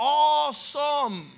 awesome